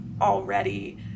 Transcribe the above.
already